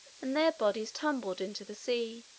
and their bodies tumbled into the sea.